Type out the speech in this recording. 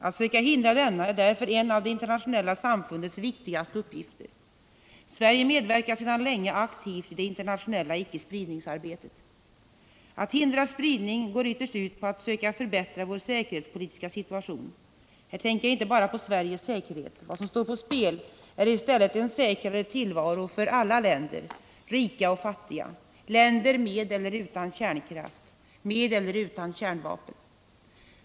Att söka hindra denna är därför en av det internationella samfundets viktigaste uppgifter. Sverige medverkar sedan länge aktivt i det internationella ickespridningsarbetet. Att hindra spridning går ytterst ut på att söka förbättra vår säkerhetspolitiska situation. Här tänker jag inte bara på Sveriges säkerhet. Vad som står på spel är i stället en säkrare tillvaro för alla länder, rika och fattiga, länder med eller utan kärnkraft, med eller utan kärnvapen.